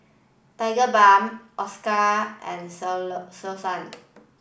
Tigerbalm Osteocare and Selsun